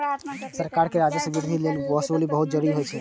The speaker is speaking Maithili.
सरकार के राजस्व मे वृद्धि लेल कर वसूली बहुत जरूरी होइ छै